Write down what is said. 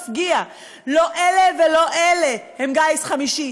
במפגיע: לא אלה ולא אלה הם גיס חמישי,